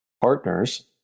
partners